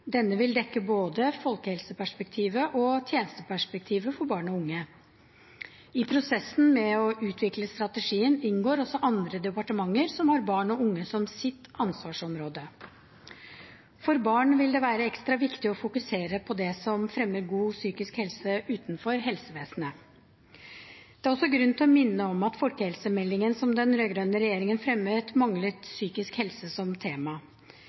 Denne vil dekke både folkehelseperspektivet og tjenesteperspektivet for barn og unge. I prosessen med å utvikle strategien inngår også andre departementer som har barn og unge som sitt ansvarsområde. For barn vil det være ekstra viktig å fokusere på det som fremmer god psykisk helse utenfor helsevesenet. Det er også grunn til å minne om at folkehelsemeldingen som den rød-grønne regjeringen fremmet, manglet psykisk helse som tema.